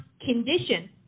condition